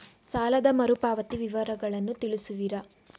ಸಾಲದ ಮರುಪಾವತಿ ವಿವರಗಳನ್ನು ತಿಳಿಸುವಿರಾ?